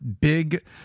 big